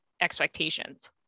expectations